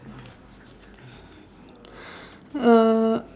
uh